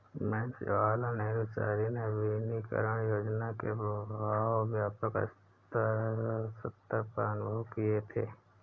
मैंने जवाहरलाल नेहरू शहरी नवीनकरण योजना के प्रभाव व्यापक सत्तर पर अनुभव किये थे